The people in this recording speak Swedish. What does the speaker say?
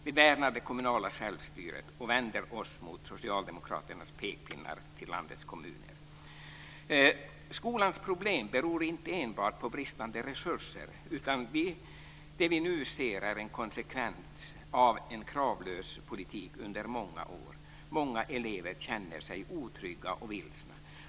Vi värnar det kommunala självstyret och vänder oss mot socialdemokraternas pekpinnar till landets kommuner. Skolans problem beror inte enbart på bristande resurser, utan det vi nu ser är en konsekvens av en kravlös politik under många år. Många elever känner sig otrygga och vilsna.